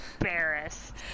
embarrassed